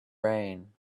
rain